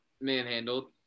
manhandled